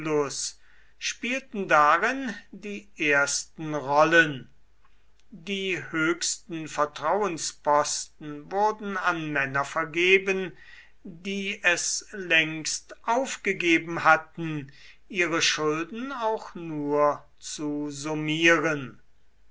spielten darin die ersten rollen die höchsten vertrauensposten wurden an männer vergeben die es längst aufgegeben hatten ihre schulden auch nur zu summieren